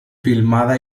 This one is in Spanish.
filmada